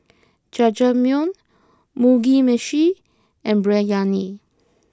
Jajangmyeon Mugi Meshi and Biryani